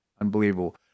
Unbelievable